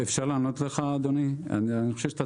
אני חושב שאתה